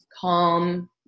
calm